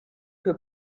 que